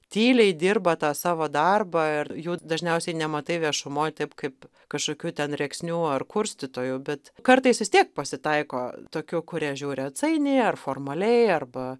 tyliai dirba tą savo darbą ir jų dažniausiai nematai viešumoj taip kaip kažkokių ten rėksnių ar kurstytojų bet kartais vis tiek pasitaiko tokių kurie žiūri atsainiai ar formaliai arba